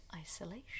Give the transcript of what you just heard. isolation